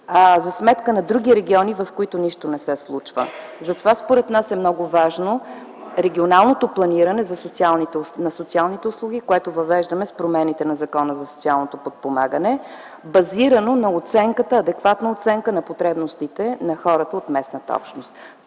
а всички ние знаем, че социалните услуги са скъпоструващи. Според нас е много важно регионалното планиране на социалните услуги, което въвеждаме с промените на Закона за социално подпомагане, базирано на адекватна оценка на потребностите на хората от местната общност.